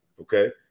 Okay